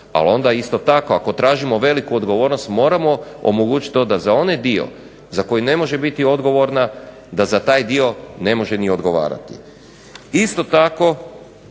ali onda isto tako ako tražimo veliku odgovornost moramo omogućiti to da za onaj dio za koji ne može biti odgovorna da za taj dio ne može ni odgovarati. Isto tako